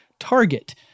Target